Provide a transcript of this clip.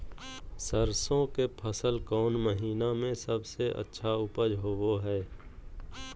सरसों के फसल कौन महीना में सबसे अच्छा उपज होबो हय?